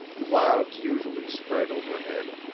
clouds usually spread overhead,